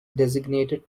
designated